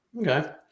Okay